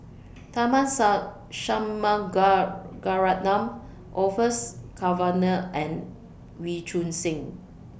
Tharman Shanmugaratnam Orfeur Cavenagh and Wee Choon Seng